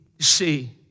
see